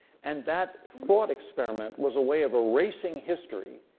and that thought experiment was a way of erasing history.